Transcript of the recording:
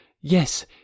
yes